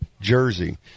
jersey